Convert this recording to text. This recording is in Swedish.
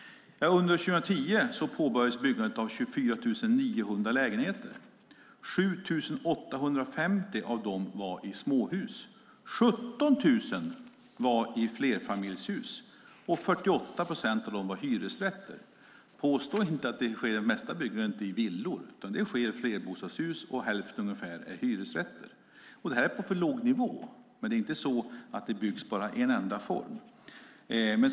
Under 2010 påbörjades byggandet av 24 900 lägenheter. 7 850 av dem var i småhus. 17 000 var i flerfamiljshus, och 48 procent av dem var hyresrätter. Påstå inte att det mest byggs villor. De flesta är flerbostadshus, och ungefär hälften av dem är hyresrätter. Det är för låg nivå, men det är inte så att det byggs bara en enda form av bostad.